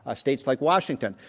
ah states like washington.